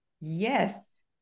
Yes